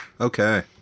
Okay